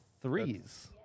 threes